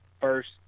first